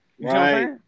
Right